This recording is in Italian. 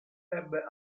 ebbe